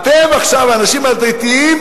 אתם עכשיו, האנשים הדתיים,